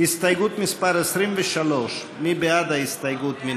הסתייגות מס' 23. מי בעד ההסתייגות?